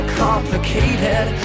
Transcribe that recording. complicated